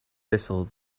vessel